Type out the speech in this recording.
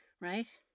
Right